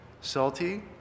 salty